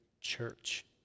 church